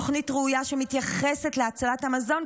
תוכנית ראויה שמתייחסת להצלת המזון,